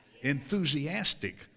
enthusiastic